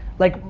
like,